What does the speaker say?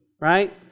right